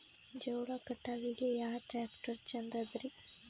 ಜೋಳ ಕಟಾವಿಗಿ ಯಾ ಟ್ಯ್ರಾಕ್ಟರ ಛಂದದರಿ?